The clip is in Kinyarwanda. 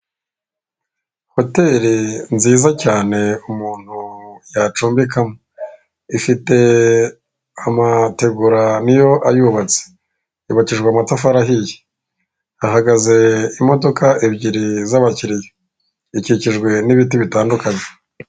Hoteri nziza cyane umuntu yacumbikamo ifite amategura niyo ayubatse yabatijwe amatafari ahiye hahagaze imodoka ebyiri z'abakiriya ikikijwe n'ibiti bitandukanye.